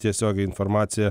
tiesiogiai informaciją